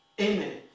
amen